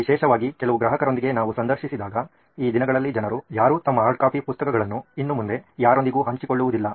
ವಿಶೇಷವಾಗಿ ಕೆಲವು ಗ್ರಾಹಕರೊಂದಿಗೆ ನಾವು ಸಂದರ್ಶಿಸಿದಾಗ ಈ ದಿನಗಳಲ್ಲಿ ಜನರು ಯಾರೂ ತಮ್ಮ ಹಾರ್ಡ್ಕಾಪಿ ಪುಸ್ತಕಗಳನ್ನು ಇನ್ನು ಮುಂದೆ ಯಾರೊಂದಿಗೂ ಹಂಚಿಕೊಳ್ಳುವುದಿಲ್ಲ